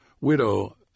widow